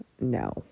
No